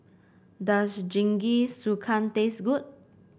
does Jingisukan taste good